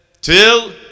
till